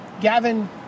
Gavin